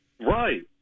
Right